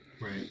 right